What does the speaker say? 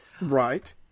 Right